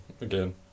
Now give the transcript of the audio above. again